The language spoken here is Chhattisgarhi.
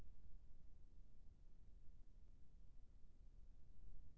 एक किलोग्राम आलू के आईडी, मोबाइल, भाई सप्ता औसत भाव का होही?